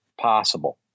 possible